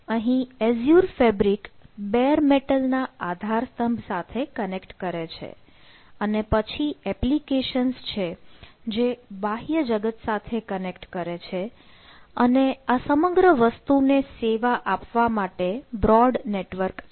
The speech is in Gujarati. અહીં એઝ્યુર ફેબ્રિક બેર મેટલ ના આધાર સ્તંભ સાથે કનેક્ટ કરે છે અને પછી એપ્લિકેશન્સ છે જે બાહ્ય જગત સાથે કનેક્ટ કરે છે અને સમગ્ર વસ્તુને સેવા આપવા માટે બ્રોડ નેટવર્ક છે